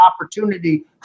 opportunity